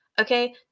Okay